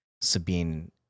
Sabine